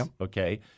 okay